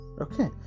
Okay